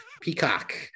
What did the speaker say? Peacock